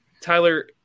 Tyler